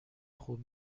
خوب